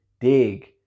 dig